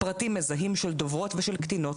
פרטים מזהים של דוברות ושל קטינות,